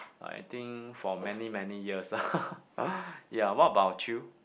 I think for many many years lah ya what about you